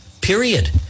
Period